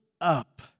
up